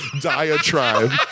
diatribe